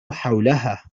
حولها